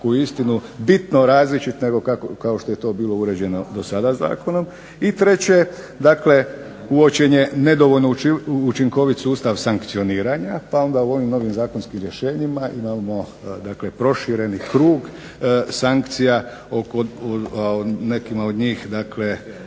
uistinu bitno različit nego kao što je to bilo uređeno do sada zakonom. I treće, dakle uočen je nedovoljno učinkovit sustav sankcioniranja pa onda u ovim novim zakonskim rješenjima imamo dakle prošireni krug sankcija. O nekima od njih, dakle